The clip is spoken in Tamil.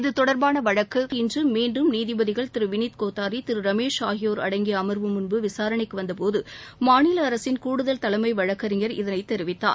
இது தொடர்பான வழக்கு இன்று மீண்டும் நீதிபதிகள் திரு வினித் கோத்தாரி திரு ரமேஷ் ஆகியோர் அடங்கிய அம்வு முன் விசாரணைக்கு வந்தபோது மாநில அரசின் கூடுதல் தலைமை வழக்கறிஞர் இதனைத் தெரிவித்தார்